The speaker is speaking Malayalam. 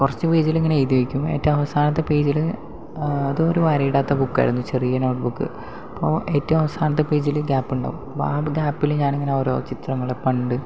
കുറച്ച് പേജിൽ ഇങ്ങനെ എഴുതി വെക്കും ഏറ്റവും അവസാനത്തെ പേജിൽ അതൊരു വരയിടാത്ത ബുക്കായിരുന്നു ചെറിയ നോട്ട് ബുക്ക് അപ്പോൾ ഏറ്റവും അവസാനത്തെ പേജില് ഗ്യാപ്പ് ഉണ്ടാകും ആ ഗ്യാപ്പില് ഞാൻ ഇങ്ങനെ ഓരോ ചിത്രങ്ങള് പണ്ട്